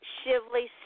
Shively